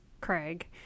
Craig